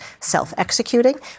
self-executing